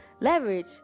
leverage